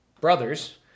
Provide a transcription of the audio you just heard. brothers